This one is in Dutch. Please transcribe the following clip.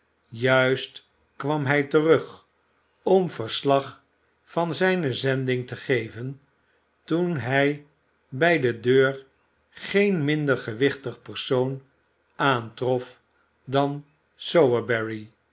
juist kwam hij terug om verslag van zijne zending te geven toen hij bij de deur geen minder gewichtig persoon aantrof dan